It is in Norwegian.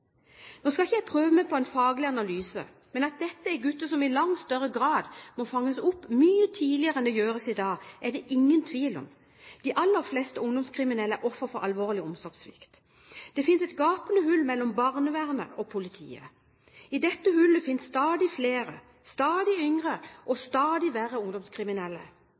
Nå skal ikke jeg prøve meg på en faglig analyse, men at dette er gutter som i langt større grad må fanges opp mye tidligere enn det gjøres i dag, er det ingen tvil om. De aller fleste ungdomskriminelle er offer for alvorlig omsorgssvikt. Det finnes et gapende hull mellom barnevernet og politiet. I dette hullet finnes stadig flere, stadig yngre og stadig verre ungdomskriminelle.